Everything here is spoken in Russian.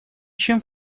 чем